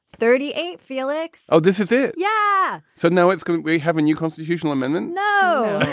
thirty eight. felix oh, this is it. yeah. so no, it's good. we have a new constitutional amendment. no